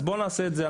אז בוא נעשה את זה.